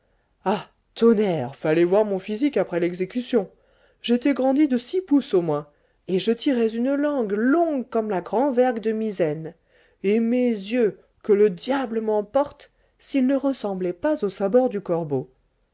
tonnerre fallait voir mon physique après l'exécution j'étais grandi de six pouces au moins et je tirais une langue longue comme la grand'vergue de misaine et mes yeux que le diable m'emporte s'ils ne ressemblaient pas aux sabords du corbeau